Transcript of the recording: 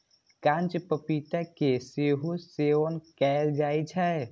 कांच पपीता के सेहो सेवन कैल जाइ छै